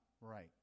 right